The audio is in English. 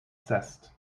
zest